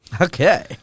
Okay